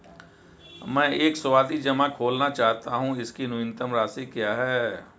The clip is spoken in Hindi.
मैं एक सावधि जमा खोलना चाहता हूं इसकी न्यूनतम राशि क्या है?